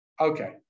Okay